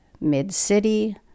Mid-City